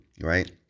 right